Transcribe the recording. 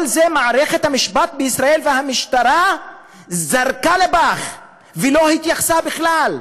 את כל זה מערכת המשפט בישראל והמשטרה זרקו לפח ולא התייחסו לזה בכלל.